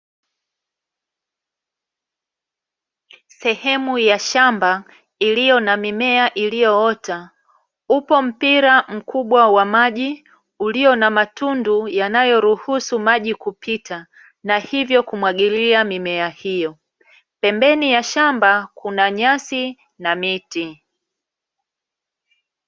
Sehemu ya shamba iliyo na mimea iliyoota, upo mpira mkubwa wa maji, ulio na matundu yanayoruhusu maji kupita, na hivyo kumwagilia mimea hiyo. Pembeni ya shamba kuna nyasi na miti.